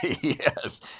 Yes